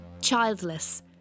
Childless